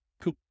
Cool